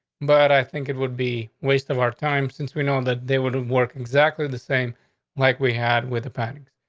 but i think it would be a waste of our time since we know that they would have worked exactly the same like we had with the panics.